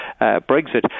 Brexit